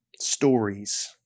Stories